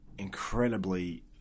incredibly